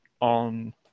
on